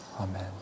Amen